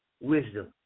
wisdom